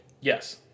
Yes